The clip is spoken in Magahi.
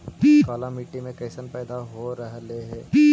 काला मिट्टी मे कैसन पैदा हो रहले है?